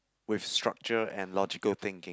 with structure and logical thinking